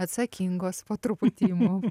atsakingos po truputį imu